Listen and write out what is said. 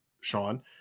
Sean